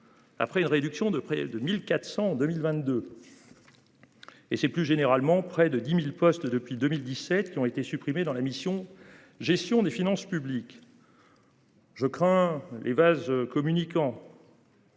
Après une réduction de près de 1402 1022. Et c'est plus généralement près de 10.000 postes depuis 2017 qui ont été supprimés dans la mission Gestion des finances publiques. Je crains les vases communicants.